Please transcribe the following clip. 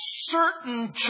certain